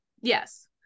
yes